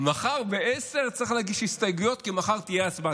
שמחר ב-10:00 צריך להגיש הסתייגויות כי מחר תהיה הצבעה.